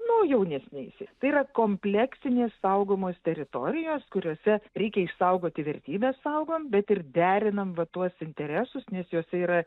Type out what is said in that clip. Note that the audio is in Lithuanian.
nu jaunesniaisiais tai yra kompleksinės saugomos teritorijos kuriose reikia išsaugoti vertybes saugom bet ir derinam va tuos interesus nes jose yra